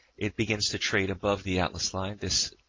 it begins to trade above the atlas line. this